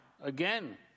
again